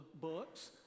books